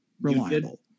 reliable